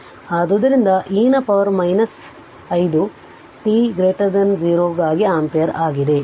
2 ಆಗಿರುತ್ತದೆ ಆದ್ದರಿಂದ ಅದು e ನ ಪವರ್ 5 t t 0 ಗಾಗಿ ಆಂಪಿಯರ್ ಆಗಿದೆ